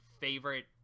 favorite